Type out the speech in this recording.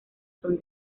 son